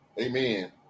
amen